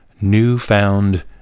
newfound